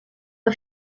fue